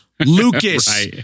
Lucas